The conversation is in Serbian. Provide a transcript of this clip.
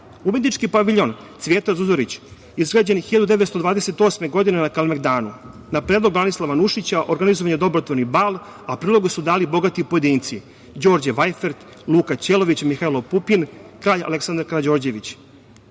scene. Umetnički paviljon „Cvijeta Zuzorić“ izgrađen je 1928. godine, na Kalemegdanu. Na predlog Branislava Nušića organizovan je dobrotvorni bal, a priloge su dali bogati pojedinci, Đorđe Vajfert, Luka Ćelović, Mihailo Pupin, kralj Aleksandar Karađorđević. Ovoj